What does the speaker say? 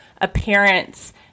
appearance